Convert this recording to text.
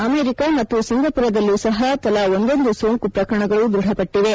America ಮತ್ತು ಸಿಂಗಪುರದಲ್ಲೂ ಸಹ ತಲಾ ಒಂದೊಂದು ಸೋಂಕು ಪ್ರಕರಣಗಳು ದೃಢಪಟ್ಟಿವೆ